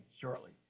shortly